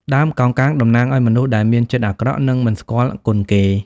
ដើមកោងកាងតំណាងឲ្យមនុស្សដែលមានចិត្តអាក្រក់ និងមិនស្គាល់គុណគេ។